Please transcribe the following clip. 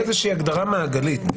אבל יש פה איזושהי הגדרה מעגלית.